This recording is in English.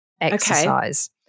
exercise